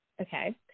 Okay